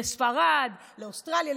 לספרד, לאוסטרליה.